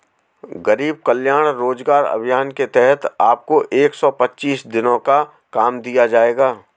गरीब कल्याण रोजगार अभियान के तहत आपको एक सौ पच्चीस दिनों का काम दिया जाएगा